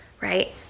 right